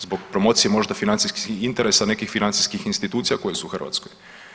Zbog promocije možda financijskih interesa nekih financijskih institucija koje su u Hrvatskoj.